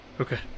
Okay